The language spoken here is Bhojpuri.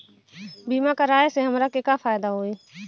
बीमा कराए से हमरा के का फायदा होई?